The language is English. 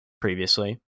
previously